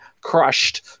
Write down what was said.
crushed